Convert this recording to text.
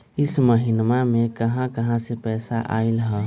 इह महिनमा मे कहा कहा से पैसा आईल ह?